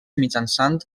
mitjançant